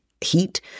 heat